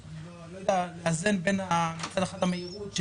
אני לא יודע לאזן בין מצד אחד המהירות של